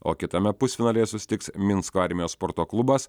o kitame pusfinalyje susitiks minsko armijos sporto klubas